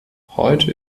heute